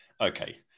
Okay